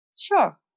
Sure